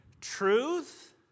truth